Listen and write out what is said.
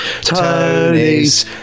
Tony's